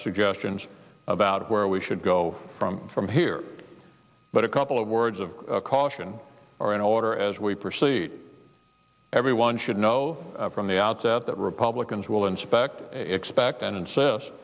suggestions about where we should go from from here but a couple of words of caution are in order as we proceed everyone should know from the outset that republicans will inspect expect and in